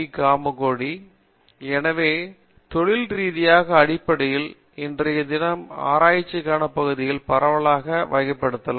காமகோடி எனவே தொழில் ரீதியாக அடிப்படையில் இன்றைய தினம் ஆராய்ச்சிக்கான பகுதிகள் பரவலாக வகைப்படுத்தலாம்